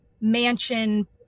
mansion